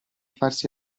farsi